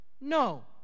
No